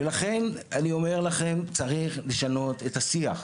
ולכן אני אומר לכם, צריך לשנות את השיח,